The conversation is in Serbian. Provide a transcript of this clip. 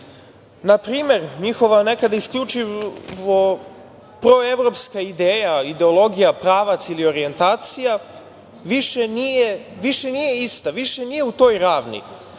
primer, njihova nekada isključivo proevropska ideja, ideologija pravac ili orjentacija, više nije ista, više nije u toj ravni,